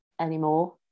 anymore